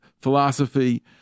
philosophy